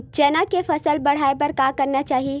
चना के फसल बढ़ाय बर का करना चाही?